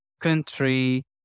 country